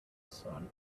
sun